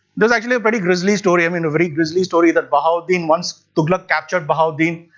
there is actually a pretty grizzly story, i mean a very grizzly story that bahauddin, once tughlaq capture bahauddin,